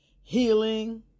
Healing